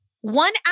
One